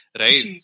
right